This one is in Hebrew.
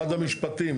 משרד המשפטים,